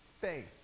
faith